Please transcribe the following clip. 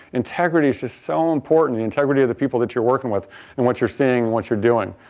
integrity is just so important, the integrity of the people that you're working with and what you're seeing, what you're doing.